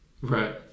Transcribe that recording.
right